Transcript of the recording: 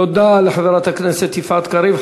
תודה לחברת הכנסת יפעת קריב.